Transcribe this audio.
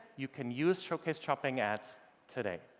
you can use showcase shopping ads today.